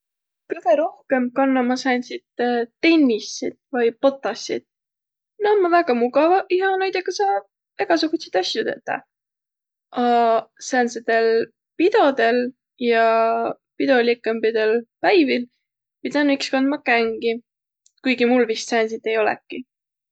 Kõgõ rohkõmb kanna ma sääntsit tennissit vai botassit. Na ommaq väega mugavaq ja naidõga saa egäsugutsit asju tetäq. A säändsedel pidodõl ja pidolikõmbidõl päivil pidänü iks kandma kängi. Kuigi mul vist säändsit ei olõki.